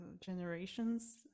generations